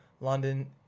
London